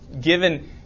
given